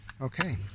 okay